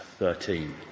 13